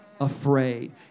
afraid